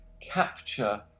capture